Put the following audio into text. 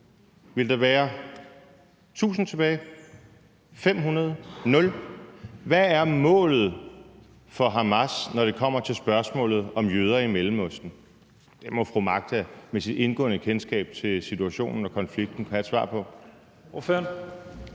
500 eller 0 tilbage? Hvad er målet for Hamas, når det kommer til spørgsmålet om jøder i Mellemøsten? Det må fru Trine Pertou Mach da med sit indgående kendskab til situationen og konflikten have et svar på.